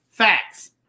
Facts